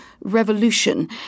revolution